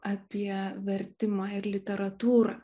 apie vertimą ir literatūrą